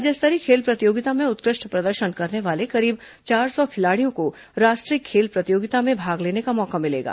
राज्य स्तरीय खेल प्रतियोगिता में उत्कृष्ट प्रदर्शन करने वाले करीब चार सौ खिलाड़ियों को राष्ट्रीय खेल प्रतियोगिता में भाग लेने का मौका मिलेगा